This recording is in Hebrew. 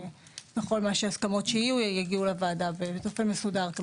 וכל ההסכמות שיהיו יגיעו לוועדה באופן מסודר.